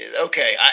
okay